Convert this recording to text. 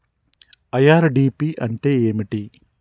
IRDP అంటే ఏమిటి?